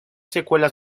secuelas